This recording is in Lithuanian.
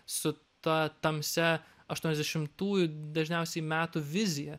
su ta tamsia aštuoniasdešimtųjų dažniausiai metų viziją